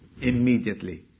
immediately